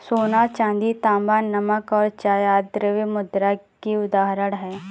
सोना, चांदी, तांबा, नमक और चाय आदि द्रव्य मुद्रा की उदाहरण हैं